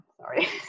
sorry